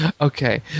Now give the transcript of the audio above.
okay